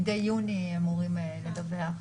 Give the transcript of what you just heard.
מדי יולי אמורים לדווח.